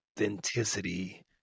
authenticity